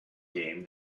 game